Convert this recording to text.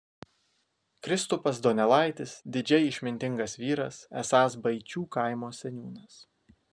kristupas donelaitis didžiai išmintingas vyras esąs baičių kaimo seniūnas